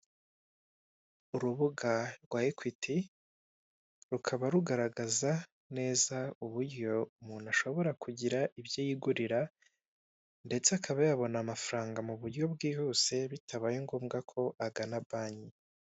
Urubuga rwa ekwiti, rukaba rugaragaza neza uburyo umuntu ashobora kugira ibyo yigurira, ndetse akaba yabona amafaranga mu buryo bwihuse bitabaye ngombwa ko agana banki.